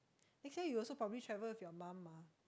next year you also probably travel with your mum ah